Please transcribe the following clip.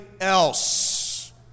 else